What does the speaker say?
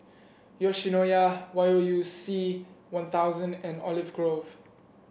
yoshinoya Y O U C One Thousand and Olive Grove